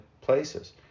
places